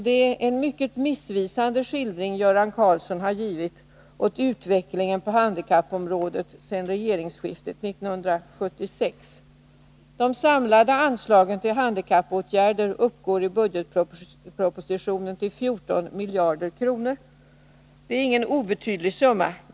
Det är en mycket missvisande skildring som Göran Karlsson har givit åt utvecklingen på handikappområdet sedan regeringsskiftet 1976. De samlade anslagen till handikappåtgärder uppgår i budgetpropositionen till 14 miljarder kronor. Det är ingen obetydlig summa.